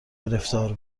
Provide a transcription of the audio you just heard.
گرفتار